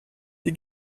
die